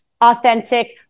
authentic